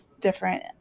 different